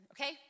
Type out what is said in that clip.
Okay